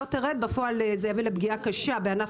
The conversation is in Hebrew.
אני פותח את ישיבת ועדת